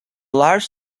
large